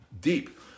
deep